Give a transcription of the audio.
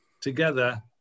together